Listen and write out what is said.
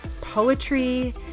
poetry